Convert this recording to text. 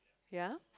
ya